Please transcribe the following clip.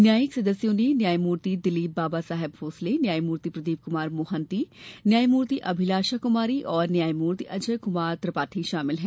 न्यायिक सदस्यों में न्यायमूर्ति दिलीप बाबासाहेब भौसले न्यायमूर्ति प्रदीप कुमार मोहंती न्यायमूर्ति अभिलाषा कुमारी और न्यायमूर्ति अजय कुमार त्रिपाठी शामिल हैं